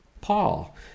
Paul